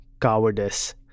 Cowardice